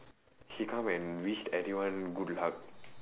she come and wish everyone good luck